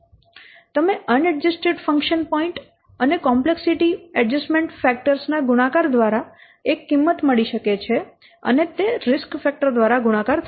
તમે unadjusted function point અને complexity adjustment factors ના ગુણાકાર દ્વારા તમને એક કિંમત મળી શકે છે અને તે રિસ્ક ફેક્ટર દ્વારા ગુણાકાર થશે